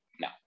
no